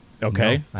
Okay